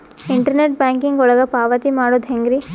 Internet banking ಒಳಗ ಪಾವತಿ ಮಾಡೋದು ಹೆಂಗ್ರಿ?